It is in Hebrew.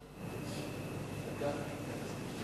בעד זה כספים.